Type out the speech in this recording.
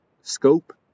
Scope